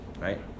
Right